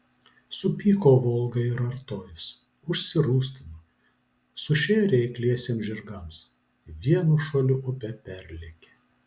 supyko volga ir artojas užsirūstino sušėrė eikliesiems žirgams vienu šuoliu upę perlėkė